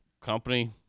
company